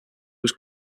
was